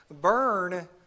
burn